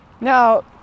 Now